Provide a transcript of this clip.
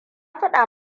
faɗa